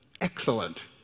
excellent